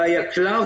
היקל"ר